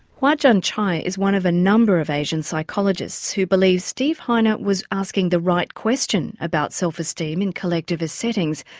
huajian cai is one of a number of asian psychologists who believe steve heine ah was asking the right question about self-esteem in collectivist settings,